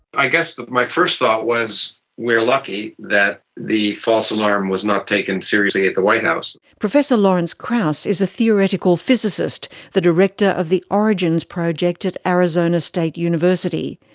i guess my first thought was we are lucky that the false alarm was not taken seriously at the white house. professor lawrence krauss is a theoretical physicist, the director of the origins project at arizona state university.